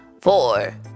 Four